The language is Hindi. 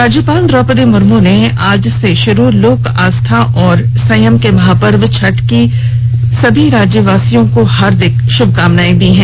राज्यपाल द्रौपदी मुर्मू ने आज से प्रारंभ लोक आस्था एवं संयम का महापर्व छठ की सभी राज्यवासियों को हार्दिक शुभकामनाए दी हैं